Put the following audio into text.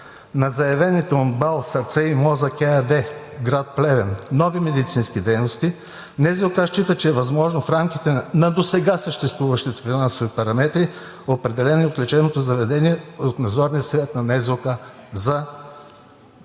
на заявените от МБАЛ „Сърце и мозък“ ЕАД – град Плевен, нови медицински дейности, НЗОК счита, че е възможно в рамките на досега съществуващите финансови параметри, определени от лечебното заведение от Надзорния съвет на НЗОК за